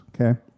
okay